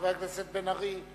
חבר הכנסת מיכאל בן-ארי,